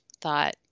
thought